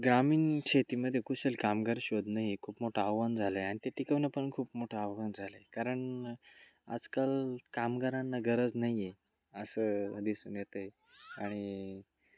ग्रामीण शेतीमध्ये कुशल कामगार शोधणं हे खूप मोठं आव्हान झालं आहे आणि ते टिकवणं पण खूप मोठं आव्हान झालं आहे कारण आजकाल कामगारांना गरज नाही आहे असं दिसून येतं आहे आणि